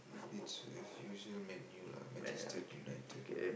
it's as usual Man-U lah Manchester-United